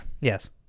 Yes